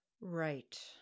right